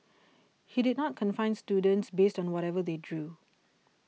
he did not confine students based on whatever they drew